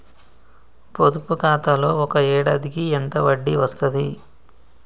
పొదుపు ఖాతాలో ఒక ఏడాదికి ఎంత వడ్డీ వస్తది?